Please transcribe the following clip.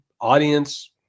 audience